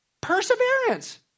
Perseverance